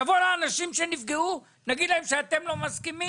לבוא לאנשים שנפגעו ולהגיד להם שאתם לא מסכימים.